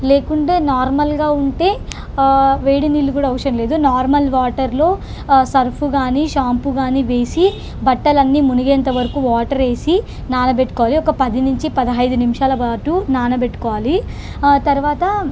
లేకుంటే నార్మల్గా ఉంటే వేడి నీళ్ళు కూడా అవసరం లేదు నార్మల్ వాటర్లో సర్ఫ్ కానీ షాంపు కానీ వేసి బట్టలు అన్నీ మునిగేంత వరకు వాటర్ వేసి నానబెట్టుకోవాలి ఒక పది నుంచి పదిహైదు నిమిషాల పాటు నానబెట్టుకోవాలి ఆ తరువాత